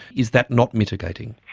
is that not mitigating?